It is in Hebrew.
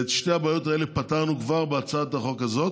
את שתי הבעיות האלה פתרנו כבר בהצעת החוק הזאת,